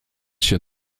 się